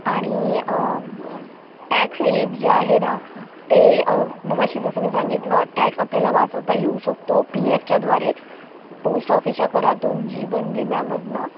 आणि tax relief जे आहे ना ते मगाशी जसं मी सांगितलं टॅक्स आपल्याला वाचवता येऊ शकतो पी एफच्याद्वारे पोस्ट ऑफिसच्या करातून जीवन विम्यामधनं